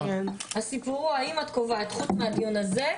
הסיפור זה האם את קובעת חוץ מהדיון הזה,